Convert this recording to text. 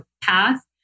path